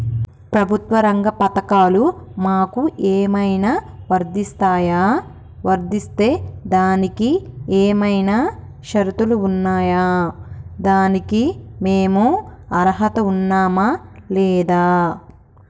ప్రభుత్వ రంగ పథకాలు మాకు ఏమైనా వర్తిస్తాయా? వర్తిస్తే దానికి ఏమైనా షరతులు ఉన్నాయా? దానికి మేము అర్హత ఉన్నామా లేదా?